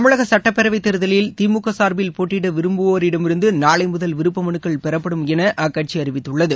தமிழக சட்டப்பேரவைத் தேர்தலில் திமுக சார்பில் போட்டியிட விரும்புவோரிடமிருந்து நாளைமுதல் விருப்ப மனுக்கள் பெறப்படும் என அக்கட்சி அறிவித்துள்ளது